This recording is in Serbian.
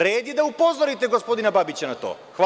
Red je da upozorite gospodina Babića na to.